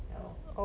ya lor